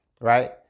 right